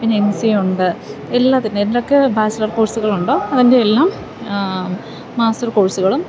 പിന്നെ M C A ഉണ്ട് എല്ലാത്തിനെയും എന്തൊക്കെ ബാച്ചിലർ കോഴ്സുകളുണ്ടോ അതിൻ്റെ എല്ലാം മാസ്റ്റർ കോഴ്സുകളും